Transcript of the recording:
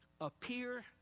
appear